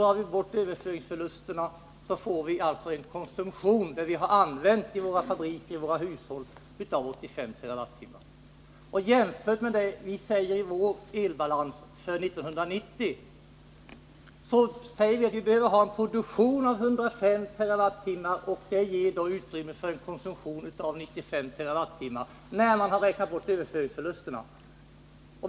Drar vi bort överföringsförlusterna får vi en konsumtion — det vi har använt i våra fabriker och hushåll —-av 85 TWh. Låt oss jämföra det med vad vi säger i vår elbalans att vi behöver 1990. Vi anför där att vi måste ha en produktion av 105 TWh, vilket ger utrymme för en konsumtion av 95 TWh när man har räknat bort överföringsförlusterna.